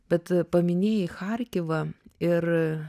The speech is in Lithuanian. bet paminėjai charkivą ir